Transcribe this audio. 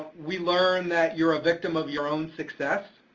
we learn that you're a victim of your own success.